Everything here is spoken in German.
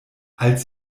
als